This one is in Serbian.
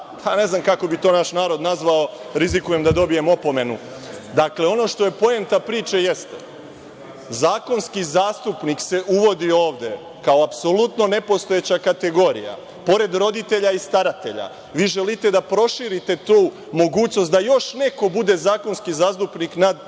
ne znam kako bi to naš narod nazvao, rizikujem da dobijem opomenu…Dakle, ono što je poenta priče jeste – zakonski zastupnik se uvodi ovde kao apsolutno nepostojeća kategorija. Pored roditelja i staratelja, vi želite da proširite tu mogućnost da još neko bude zakonski zastupnik,